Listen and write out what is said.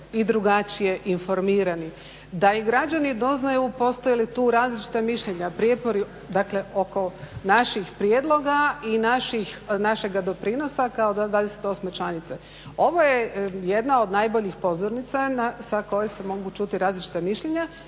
i drugačije informirani, da i građani doznaju postoje li tu različita mišljenja, prijepori, dakle oko naših prijedloga i našega doprinosa kao 28 članice. Ovo je jedna od najboljih pozornica sa koje se mogu čuti različita mišljenja